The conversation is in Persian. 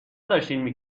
داشتین